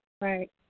Right